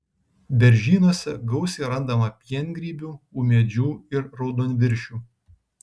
beržynuose gausiai randama piengrybių ūmėdžių ir raudonviršių